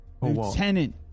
Lieutenant